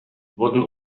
wurden